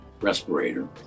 respirator